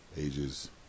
ages